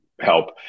help